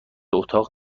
اتاق